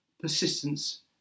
persistence